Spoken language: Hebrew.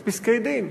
יש פסקי-דין.